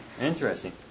Interesting